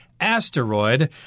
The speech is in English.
asteroid